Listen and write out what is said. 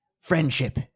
Friendship